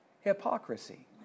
Hypocrisy